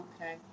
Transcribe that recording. Okay